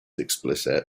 explicit